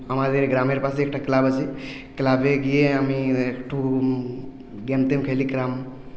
আমাদের গ্রামের পাশে একটা ক্লাব আছে ক্লাবে গিয়ে আমি একটু গেম টেম খেলি ক্যারম